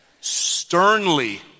sternly